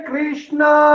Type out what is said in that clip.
Krishna